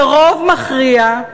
שרוב מכריע,